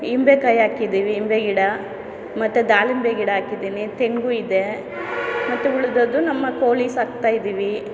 ಇಂಬೆಕಾಯಿ ಹಾಕಿದ್ದೀವಿ ಇಂಬೆ ಗಿಡ ಮತ್ತೆ ದಾಳಿಂಬೆ ಗಿಡ ಹಾಕಿದ್ದೀನಿ ತೆಂಗು ಇದೆ ಮತ್ತೆ ಉಳಿದದ್ದು ನಮ್ಮ ಕೋಳಿ ಸಾಕ್ತಾಯಿದ್ದೀವಿ